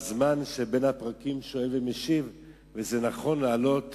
זה נכון להעלות